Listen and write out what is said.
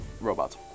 robots